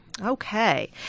Okay